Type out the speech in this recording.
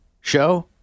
show